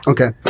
Okay